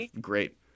great